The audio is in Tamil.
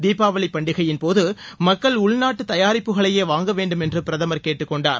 தீபாவளி பண்டிகையின்போது மக்கள் உள்நாட்டு தயாரிப்புகளையே வாங்க வேண்டும் என்று பிரதமர் கேட்டுக் கொண்டார்